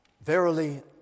Verily